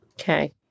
Okay